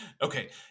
okay